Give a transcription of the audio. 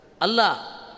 Allah